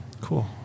cool